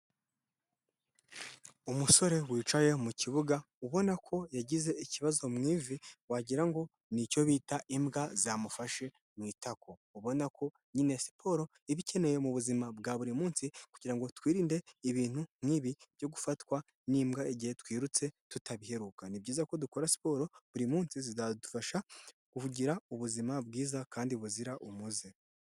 Umusore wicaye mu kibuga, ubona ko yagize ikibazo mu ivi wagira ngo nicyo bita imbwa zamufashe mu itako, ubona ko nyine siporo iba ikeneye mu buzima bwa buri munsi kugira ngo twirinde ibintu nk'ibi byo gufatwa n'imbwa igihe twirutse tutabiheruka. Ni byiza ko dukora siporo buri munsi zizadufasha kugira ubuzima bwiza kandi buzira umuze.